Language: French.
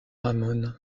ramon